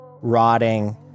rotting